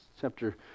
chapter